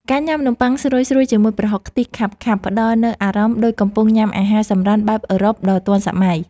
ការញ៉ាំនំប៉័ងស្រួយៗជាមួយប្រហុកខ្ទិះខាប់ៗផ្តល់នូវអារម្មណ៍ដូចកំពុងញ៉ាំអាហារសម្រន់បែបអឺរ៉ុបដ៏ទាន់សម័យ។